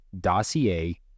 Dossier